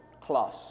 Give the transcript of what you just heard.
class